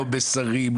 לא בשרים,